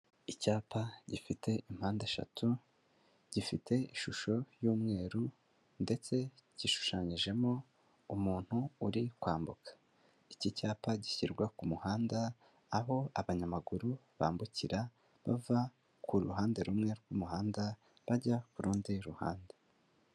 Icyapa gifite impande eshatu, gifite ishusho y'umweru ndetse gishushanyijemo umuntu uri kwambuka, iki cyapa gishyirwa ku muhanda aho abanyamaguru bambukira bava ku ruhande rumwe rw'umuhanda, bajya kurundi ruhande.